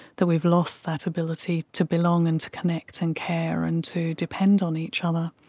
that we've lost that ability to belong and to connect and care and to depend on each other.